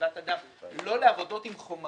לישיבת אדם לא לעבודות עם חומרים.